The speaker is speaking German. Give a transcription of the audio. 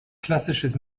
klassisches